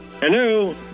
Hello